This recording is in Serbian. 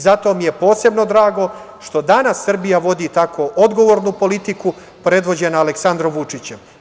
Zato mi je posebno drago što danas Srbija vodi tako odgovornu politiku, predvođena Aleksandrom Vučićem.